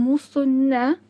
mūsų ne